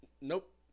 Nope